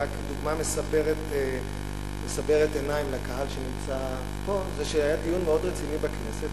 דוגמה מסברת אוזניים לקהל שנמצא פה זה שהיה דיון מאוד רציני בכנסת,